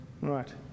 Right